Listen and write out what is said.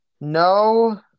no